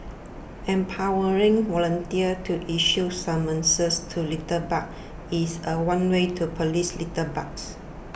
empowering volunteers to issue summonses to litterbugs is a one way to police litterbugs